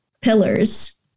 pillars